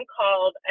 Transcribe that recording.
called